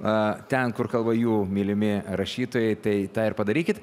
a ten kur kalba jų mylimi rašytojai tai tą ir padarykit